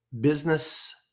business